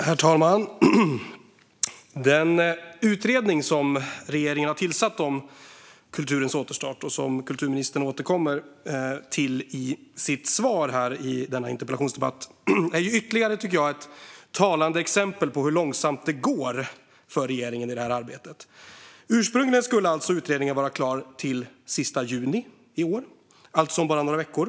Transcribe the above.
Herr talman! Den utredning som regeringen har tillsatt om kulturens återstart och som kulturministern återkommer till i sitt svar i debatten är ytterligare ett talande exempel på hur långsamt det går för regeringen i detta arbete. Ursprungligen skulle utredningen vara klar den 30 juni i år, alltså om bara några veckor.